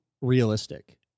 realistic